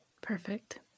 Perfect